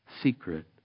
secret